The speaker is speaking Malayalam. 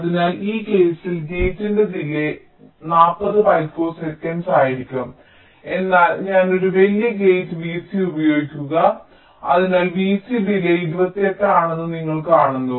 അതിനാൽ ഈ കേസിൽ ഗേറ്റിന്റെ ഡിലേയ് 40 പിക്കോ സെക്കൻഡ് ആയിരിക്കും എന്നാൽ ഞാൻ ഒരു വലിയ ഗേറ്റ് വിസി ഉപയോഗിക്കുക അതിനാൽ vC ഡിലേയ് 28 ആണെന്ന് നിങ്ങൾ കാണുന്നു